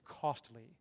costly